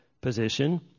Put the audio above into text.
position